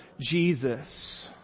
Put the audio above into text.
Jesus